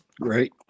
great